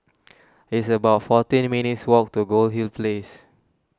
it's about fourteen minutes' walk to Goldhill Place